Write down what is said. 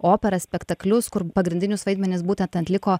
operą spektaklius kur pagrindinius vaidmenis būtent atliko